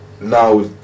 now